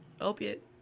opiate